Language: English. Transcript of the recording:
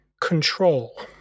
control